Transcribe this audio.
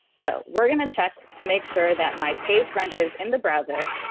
so, we're going to check to make sure that my page renders in the browser,